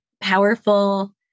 powerful